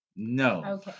No